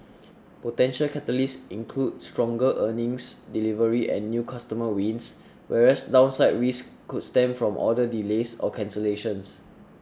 potential catalysts include stronger earnings delivery and new customer wins whereas downside risks could stem from order delays or cancellations